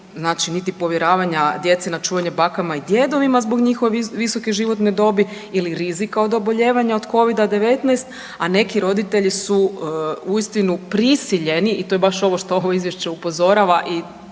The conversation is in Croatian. njih niti povjeravanja djece na čuvanje bakama i djedovima zbog njihove visoke životne dobi ili rizika od oboljenja od covida-19, a neki roditelji su uistinu prisiljeni, i to je baš ovo što ovo izvješće upozorava i